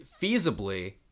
feasibly